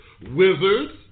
wizards